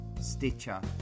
Stitcher